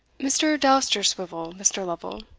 mr. dousterswivel, mr. lovel.